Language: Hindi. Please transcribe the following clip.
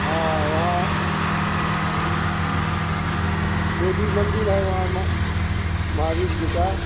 हाँ वहाँ बोधी मंदिर है वहाँ महावीर जी का